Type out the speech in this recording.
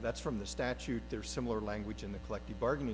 that's from the statute there are similar language in the collective bargaining